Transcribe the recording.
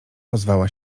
ozwała